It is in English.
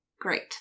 Great